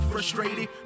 Frustrated